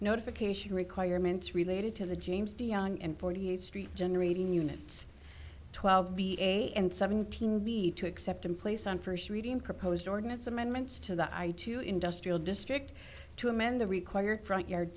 notification requirements related to the james dion and forty eight street generating units twelve b and seventeen be to accept in place on first reading proposed ordinance amendments to the id to industrial district to amend the required front yard